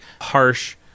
harsh